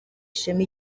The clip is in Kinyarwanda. ishema